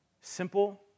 Simple